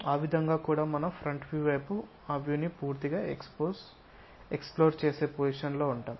ఆ విధంగా కూడా మనం ఫ్రంట్ వైపు ఆ వ్యూ ని పూర్తిగా ఎక్స్ప్లోర్ చేసే పొజిషన్ లో ఉంటాము